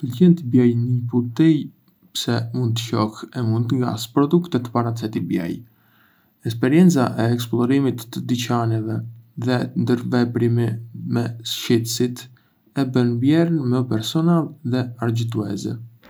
Më pëlqen të blej në një putíjë pse mund të shoh e të ngas produktet para se t'i blej. Eksperienca e eksplorimit të dyqaneve dhe ndërveprimi me shitësit e bën blerjen më personale dhe argëtuese.